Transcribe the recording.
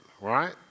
right